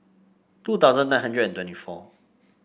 two thousand nine hundred twenty four